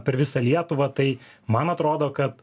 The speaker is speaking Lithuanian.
per visą lietuvą tai man atrodo kad